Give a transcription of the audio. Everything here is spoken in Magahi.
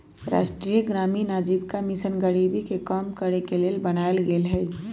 राष्ट्रीय ग्रामीण आजीविका मिशन गरीबी के कम करेके के लेल बनाएल गेल हइ